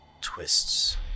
twists